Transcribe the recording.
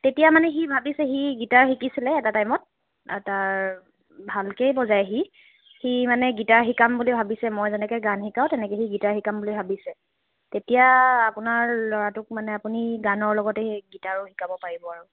তেতিয়া মানে সি ভাবিছে সি গিটাৰ শিকিছিলে এটা টাইমত আৰু তাৰ ভালকৈয়ে বজায় সি সি মানে গিটাৰ শিকাম বুলি ভাবিছে মই যেনেকৈ গান শিকাওঁ তেনেকৈ সি গিটাৰ শিকাম বুলি ভাবিছে তেতিয়া আপোনাৰ ল'ৰাটোক মানে আপুনি গানৰ লগতে গিটাৰো শিকাব পাৰিব আৰু